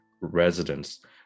residents